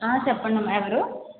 ఆ చెప్పండమ్మా ఎవరు